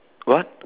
what